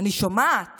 אני שומעת